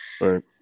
Right